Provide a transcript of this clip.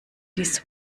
this